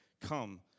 Come